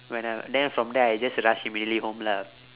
when I then from there I just rush immediately home lah